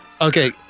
Okay